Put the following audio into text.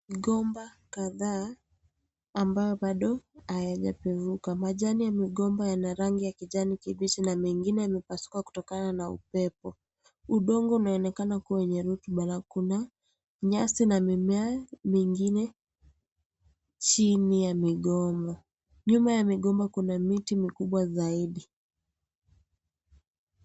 Migomba kadhaa ambayo bado hayajarefuka. Majani ya migomba Yana rangi ya kijani kibichi na mengine yamepasuka kutokana na upepo. Udongo unaonekana kuwabenye rutuba na kuna nyasi na mimea mingine chini ya migomba. Nyuma ya migomba kuna miti mikubwa zaidi.